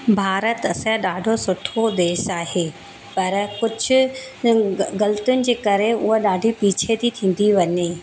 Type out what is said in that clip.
भारत असांजे ॾाढो सुठो देश आहे पर कुझु ग़लतियुनि जे करे उहा ॾाढी पीछे थी थींदी वञे